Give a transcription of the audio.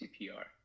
CPR